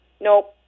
nope